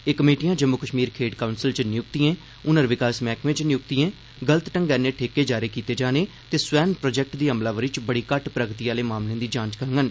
एह् कमेटिया जम्मू कश्मीर खेड्ढ काउप्तल च नियुक्तियें ह्नर विकास मैहकमे च नियुक्तियें गलत ढप्पगै'नै ठेके जारी कीते जाने ते 'स्वैन' प्रोजेक्ट दी अमलावरी च बड़ी घट्ट प्रगति आहले मामलें दी जाघ्र करडन